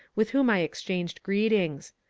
with whom i exchanged greetings.